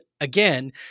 again